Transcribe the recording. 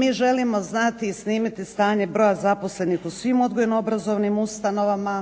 Mi želimo znati i snimiti stanje broja zaposlenih u svim odgojno-obrazovnim ustanovama